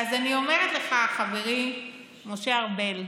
אז אני אומרת לך, חברי משה ארבל,